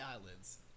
eyelids